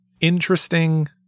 interesting